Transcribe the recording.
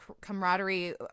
camaraderie